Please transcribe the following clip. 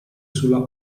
sulla